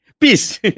Peace